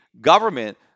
government